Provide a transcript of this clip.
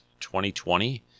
2020